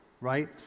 right